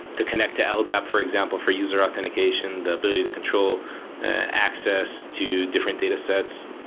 to connect to ldap, for example, for user authentication, the ability to control access to different datasets.